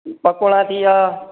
पकोड़ा थी विया